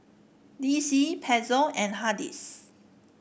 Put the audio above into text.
D C Pezzo and Hardy's